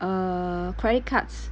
uh credit cards